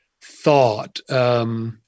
thought